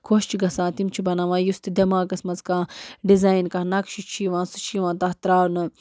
خۄش چھِ گژھان تِم چھِ بناوان یُس تہِ دٮ۪ماغَس منٛز کانٛہہ ڈِزایِن کانٛہہ نَقشہٕ چھِ یِوان سُہ چھِ یِوان تَتھ ترٛاونہٕ